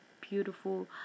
beautiful